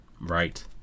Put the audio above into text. Right